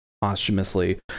posthumously